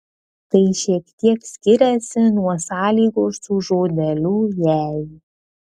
tai šiek tiek skiriasi nuo sąlygos su žodeliu jei